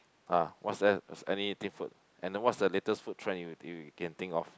ah what's there any food and then what's the latest food trend you you can think of